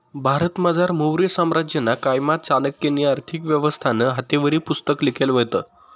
भारतमझार मौर्य साम्राज्यना कायमा चाणक्यनी आर्थिक व्यवस्थानं हातेवरी पुस्तक लिखेल व्हतं